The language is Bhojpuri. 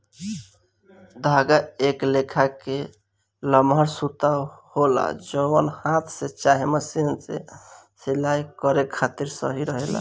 धागा एक लेखा के लमहर सूता होला जवन हाथ से चाहे मशीन से सिलाई करे खातिर सही रहेला